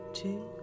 two